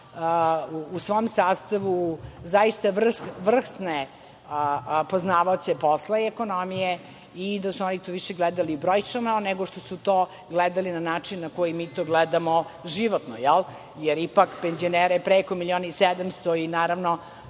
u svom sastavu zaista vrsne poznavaoce posla i ekonomije i da su oni to više gledali brojčano nego što su to gledali na način na koji mi to gledamo životno, jer ipak penzionera je preko milion i 700 i naravno